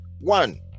one